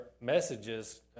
messages